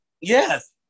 Yes